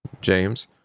James